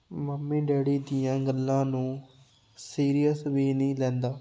mummy daddy ਦੀਆਂ ਗੱਲਾਂ ਨੂੰ ਸੀਰੀਅਸ ਵੀ ਨਹੀਂ ਲੈਂਦਾ